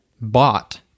bought